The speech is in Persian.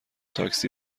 تاکسی